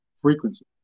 Frequency